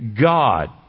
God